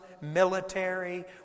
military